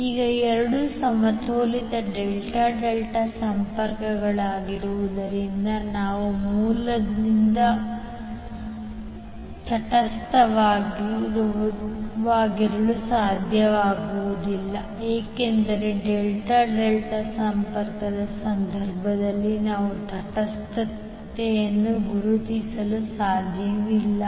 ಈಗ ಎರಡೂ ಸಮತೋಲಿತ ಡೆಲ್ಟಾ ಡೆಲ್ಟಾ ಸಂಪರ್ಕಗಳಾಗಿರುವುದರಿಂದ ನಾವು ಮೂಲದಿಂದ ಭಾರ ತಟಸ್ಥವಾಗಿರಲು ಸಾಧ್ಯವಾಗುವುದಿಲ್ಲ ಏಕೆಂದರೆ ಡೆಲ್ಟಾ ಡೆಲ್ಟಾ ಸಂಪರ್ಕದ ಸಂದರ್ಭದಲ್ಲಿ ನಾವು ತಟಸ್ಥತೆಯನ್ನು ಗುರುತಿಸಲು ಸಾಧ್ಯವಿಲ್ಲ